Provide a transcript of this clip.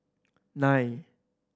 nine